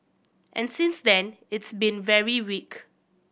and since then it's been very weak